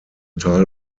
teil